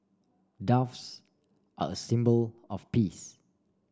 doves are a symbol of peace